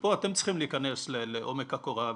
פה אתם צריכים להיכנס לעומק הקורה,